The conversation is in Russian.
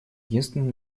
единственным